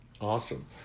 Awesome